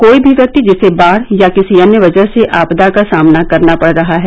कोई भी व्यक्ति जिसे बाढ़ या किसी अन्य वजह से आपदा का सामना करना पड़ रहा है